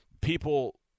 People